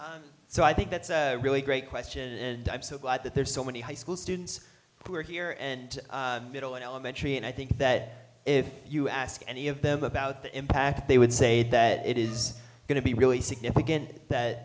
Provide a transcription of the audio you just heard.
in so i think that's a really great question and i'm so glad that there are so many high school students who are here and middle and elementary and i think that if you ask any of them about the impact they would say that it is going to be really significant that